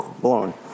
blown